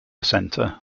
centre